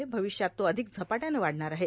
र्भावष्यात तो अधिक झपाट्यानं वाढणार आहे